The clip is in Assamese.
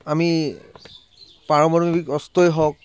আমি পাৰমাণৱিক অস্ত্ৰই হওক